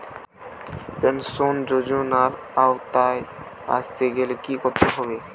Pension যজোনার আওতায় আসতে গেলে কি করতে হবে?